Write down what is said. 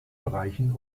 bereichen